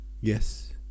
Yes